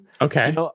okay